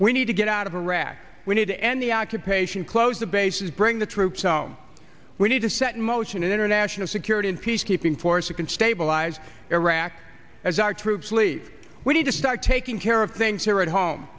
we need to get out of iraq we need to end the occupation close the bases bring the troops home we need to set in motion an international security and peacekeeping force that can stabilize iraq as our troops leave we need to start taking care of things here at home